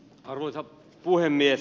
arvoisa puhemies